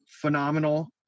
phenomenal